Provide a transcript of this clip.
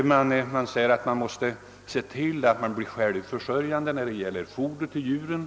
Det sägs att Röbäcksdelen måste se till att bli självförsörjande när det gäller foder till djuren.